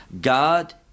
God